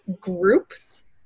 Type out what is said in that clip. groups